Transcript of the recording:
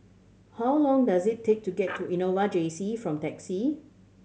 how long does it take to get to Innova J C from taxi